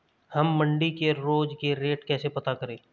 हम मंडी के रोज के रेट कैसे पता करें?